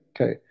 Okay